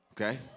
Okay